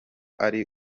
ari